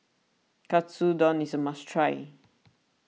Katsudon is a must try